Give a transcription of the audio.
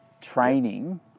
Training